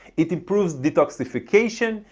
it improves detoxification.